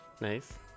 Nice